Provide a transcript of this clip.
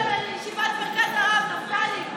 למה לא הוזמנת לישיבת מרכז הרב, נפתלי?